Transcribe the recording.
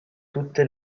tutte